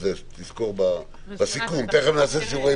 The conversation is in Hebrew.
לשיעורי